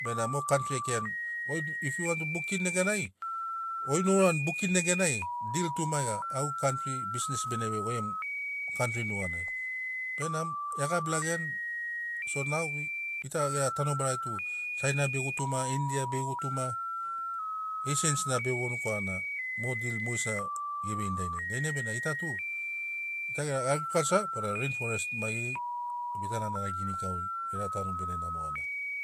benamo mo kantri e kirani goi if you want to bukin neganai goi o urani bukin neganai dil tu maiga au gegu kantri bisnes bene vei goi gemu kantri nuganai benamo e gabi lageani so now gita gera tanobara tu saina be gutuma india be gutuma eisians na be vonu korana mo dil mogesina ge veini dainai. Dainai benamo gita tu gita gera agrikalsa bona reinforest maigeri bitana nari ginikauri be gera tanu bene namo gana.